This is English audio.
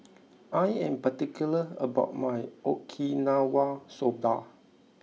I am particular about my Okinawa Soba